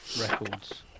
records